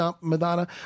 Madonna